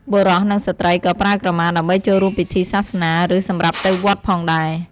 បុរស និងស្ត្រីក៏ប្រើក្រមាដើម្បីចូលរួមពិធីសាសនា ឬ សម្រាប់ទៅវត្តផងដែរ។